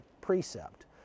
precept